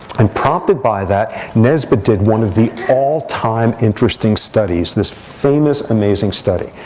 and prompted by that, nesbett did one of the all-time interesting studies, this famous, amazing study.